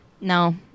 No